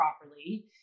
properly